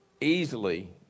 easily